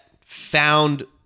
found